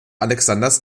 alexanders